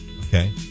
Okay